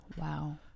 Wow